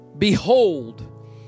Behold